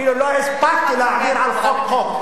אפילו לא הספקתי לעבור חוק-חוק,